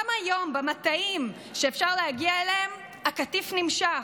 גם היום, במטעים שאפשר להגיע אליהם הקטיף נמשך,